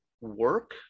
work